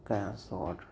कयांसि थो ऑर्डर